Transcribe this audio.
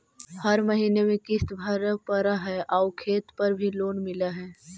हर महीने में किस्त भरेपरहै आउ खेत पर भी लोन मिल है?